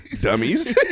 dummies